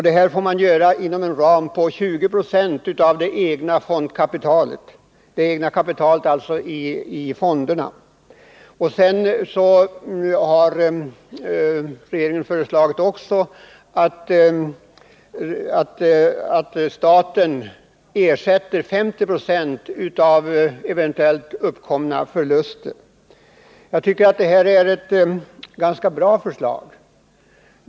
Det får man göra inom en ram av 20 96 av det egna kapitalet i fonderna. Regeringen har också föreslagit att staten skall ersätta 50 96 av eventuellt uppkomna förluster. Jag tycker att detta är ett ganska bra förslag.